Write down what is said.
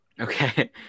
Okay